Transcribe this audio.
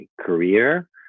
career